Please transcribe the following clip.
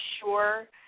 sure